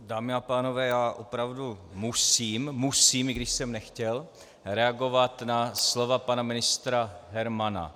Dámy a pánové, já opravdu musím musím, i když jsem nechtěl reagovat na slova pana ministra Hermana.